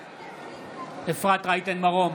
בעד אפרת רייטן מרום,